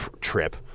trip